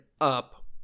up